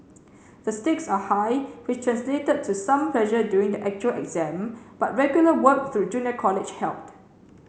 the stakes are high which translated to some pressure during the actual exam but regular work through junior college helped